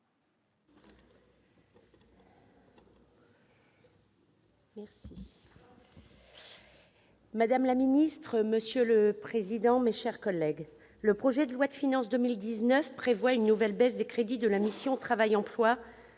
Madame la ministre, monsieur le président, mes chers collègues, le projet de loi de finances pour 2019 prévoit une nouvelle baisse des crédits de la mission « Travail et emploi